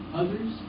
others